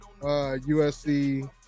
USC